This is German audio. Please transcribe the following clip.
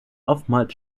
oftmals